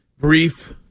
Brief